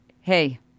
hey